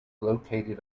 located